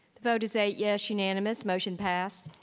the vote is eight yes unanimous, motion passed.